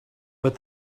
but